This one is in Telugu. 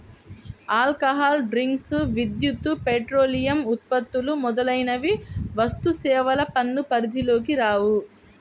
ఆల్కహాల్ డ్రింక్స్, విద్యుత్, పెట్రోలియం ఉత్పత్తులు మొదలైనవి వస్తుసేవల పన్ను పరిధిలోకి రావు